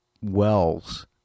Wells